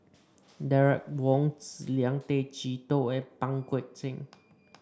Derek Wong Zi Liang Tay Chee Toh and Pang Guek Cheng